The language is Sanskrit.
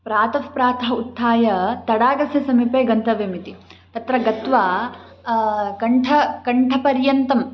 प्रातः प्रातः उत्थाय तडागस्य समीपे गन्तव्यमिति तत्र गत्वा कण्ठः कण्ठपर्यन्तं